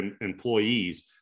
employees